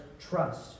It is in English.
trust